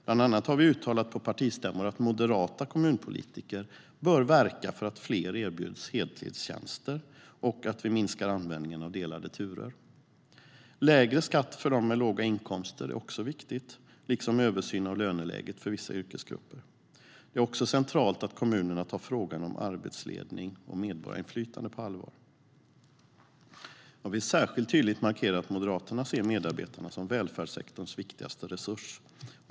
Bland annat har vi uttalat på partistämmor att moderata kommunpolitiker bör verka för att fler erbjuds heltidstjänster och att vi minskar användningen av delade turer. Lägre skatt för dem med låga inkomster är också viktigt, liksom översyn av löneläget för vissa yrkesgrupper. Det är också centralt att kommunerna tar frågan om arbetsledning och medarbetarinflytande på allvar. Jag vill särskilt tydligt markera att Moderaterna ser medarbetarna som välfärdssektorns viktigaste resurs.